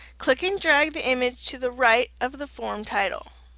click and drag the image to the right of the form title.